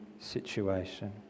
situation